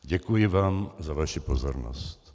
Děkuji vám za vaši pozornost.